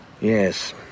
yes